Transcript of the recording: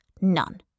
none